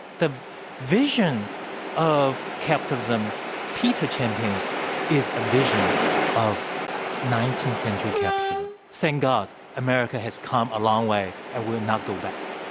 the vision of capitalism peter champions is a vision of nineteenth century capitalism. thank god america has come a long way and will not go back.